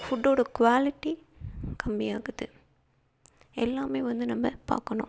ஃபுட்டோடய quality கம்மியாகுது எல்லாம் வந்து நம்ம பார்க்கணும்